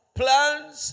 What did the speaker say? plans